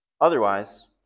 Otherwise